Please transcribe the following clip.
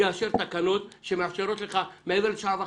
יאשר תקנות שמאפשרות לך מעבר לשעה וחצי?